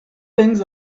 things